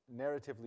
narratively